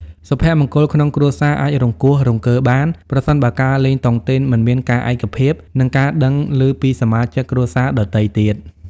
សុភមង្គលក្នុងគ្រួសារអាចរង្គោះរង្គើបាន ប្រសិនបើការលេងតុងទីនមិនមានការឯកភាព និងការដឹងឮពីសមាជិកគ្រួសារដទៃទៀត។